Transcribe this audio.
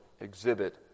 exhibit